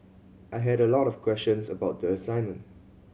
I had a lot of questions about the assignment